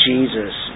Jesus